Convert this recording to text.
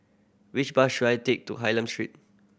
which bus should I take to Hylam Street